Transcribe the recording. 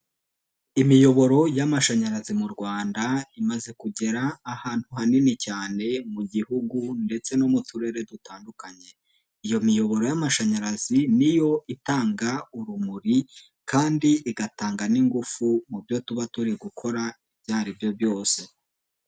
Imiyoboro y'amashanyarazi mu Rwanda imaze kugera ahantu hanini cyane mu Gihugu ndetse no mu Turere dutandukanye, iyo miyoboro y'amashanyarazi ni yo itanga urumuri kandi igatanga n'ingufu mu byo tuba turi gukora ibyo ari byo byose.